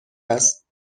است